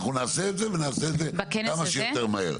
אנחנו נעשה את זה ונעשה את זה כמה שיותר מהר.